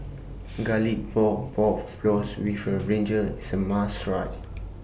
Garlic Pork and Pork Floss with Brinjal IS A must Try